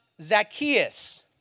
Zacchaeus